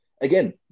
Again